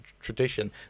tradition